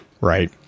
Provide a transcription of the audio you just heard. right